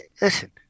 Listen